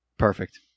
Perfect